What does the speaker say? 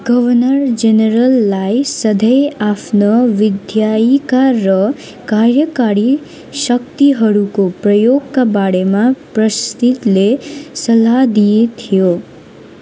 governor जेनेरललाई सधैँ आफ्नो विधायिका र कार्यकारी शक्तिहरूको प्रयोगका बारेमा प्रस्तिकले सल्लाह दिए थियो